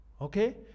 Okay